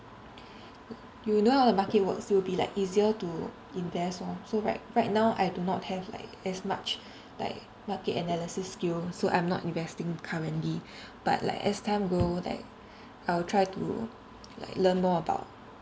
you know how the market works it will be like easier to invest lor so right right now I do not have like as much like market analysis skill so I'm not investing currently but like as time go like I'll try to like learn more about